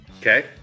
Okay